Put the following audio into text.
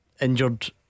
Injured